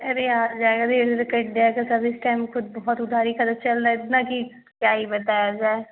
अरे यार हो जाएगा धीरे धीरे कट जाएगा सब इस टाइम ख़ुद बहुत उधारी का तो चल रहा है इतना कि क्या ही बताया जाए